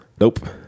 nope